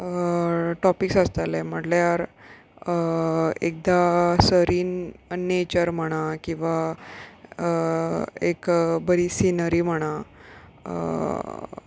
topics आसताले म्हटल्यार एकदां सरीन नेचर म्हणा किंवां एक बरी सिनरी म्हणा